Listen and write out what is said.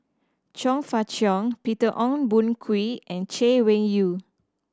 Chong Fah Cheong Peter Ong Boon Kwee and Chay Weng Yew